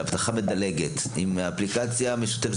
של אבטחה מדלגת, עם אפליקציה משותפת.